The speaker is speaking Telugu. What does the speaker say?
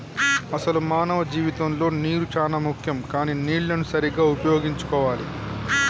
అసలు మానవ జీవితంలో నీరు చానా ముఖ్యం కానీ నీళ్లన్ను సరీగ్గా ఉపయోగించుకోవాలి